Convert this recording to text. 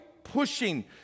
pushing